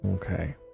Okay